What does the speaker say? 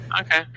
Okay